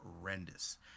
horrendous